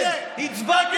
זה קשור?